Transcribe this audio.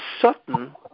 Sutton